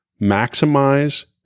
maximize